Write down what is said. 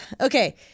Okay